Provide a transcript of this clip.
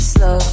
Slow